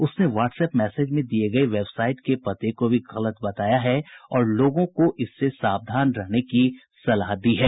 उसने WhatsApp message में दिये गये वेबसाइट के पते को भी गलत बताया है और लोगों की इससे सावधान रहने की सलाह दी है